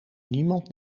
niemand